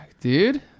Dude